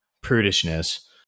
prudishness